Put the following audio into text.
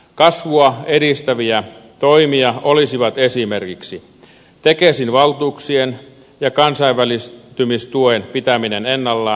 kasvua edistäviä toimia olisivat esimerkiksi tekesin valtuuksien ja kansainvälistymistuen pitäminen ennallaan